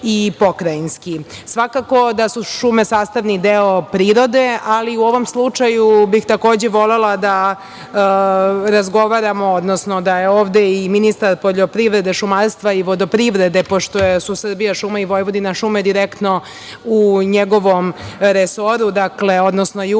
i Pokrajinski. Svakako da su šume sastavni deo prirode, ali u ovom slučaju bih takođe volela da razgovaramo, odnosno da je ovde i ministar poljoprivrede, šumarstva i vodoprivrede, pošto su „Srbijašume“ i „Vojvodinašume“ direktno u njegovom resoru i Uprava